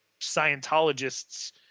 scientologists